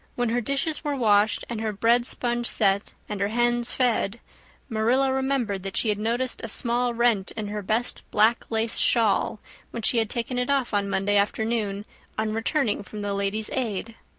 when her dishes were washed and her bread sponge set and her hens fed marilla remembered that she had noticed a small rent in her best black lace shawl when she had taken it off on monday afternoon on returning from the ladies' aid.